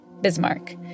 Bismarck